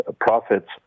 profits